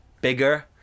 bigger